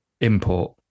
Import